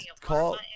Call